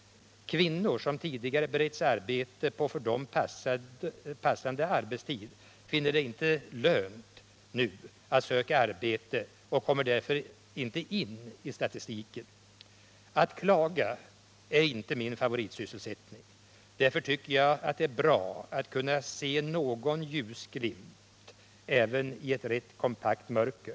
Kvinnor som tidigare beretts arbete på för dem passande arbetstid finner det nu inte lönt att söka arbete och kommer därför inte in i statistiken. Att klaga är inte min favoritsysselsättning. Därför tycker jag att det är bra att kunna se någon ljusglimt även i ett rätt kompakt mörker.